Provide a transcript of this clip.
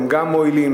הם גם מועילים.